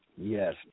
Yes